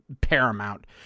paramount